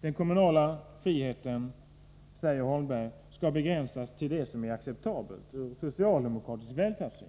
Den kommunala friheten, säger Bo Holmberg, skall begränsas till det som är acceptabelt ur socialdemokratisk välfärdssyn.